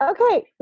Okay